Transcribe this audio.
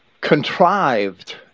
contrived